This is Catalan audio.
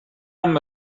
amb